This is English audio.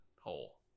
hole